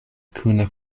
kune